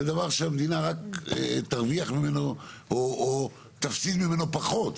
זה דבר שהמדינה רק תרוויח ממנו או תפסיד ממנו פחות,